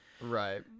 right